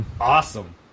Awesome